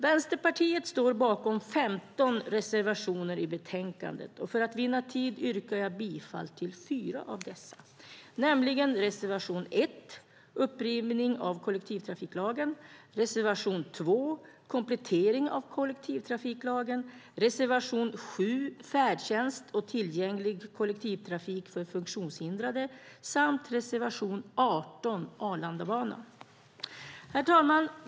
Vänsterpartiet står bakom 15 reservationer i betänkandet, men för att vinna tid yrkar jag bifall till fyra av dessa: reservation 1 om upprivning av kollektivtrafiklagen, reservation 2 om komplettering av kollektivtrafiklagen, reservation 7 om färdtjänst och tillgänglig kollektivtrafik för funktionshindrade och reservation 18 om Arlandabanan. Herr talman!